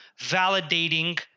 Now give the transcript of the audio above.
validating